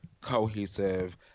cohesive